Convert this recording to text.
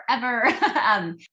forever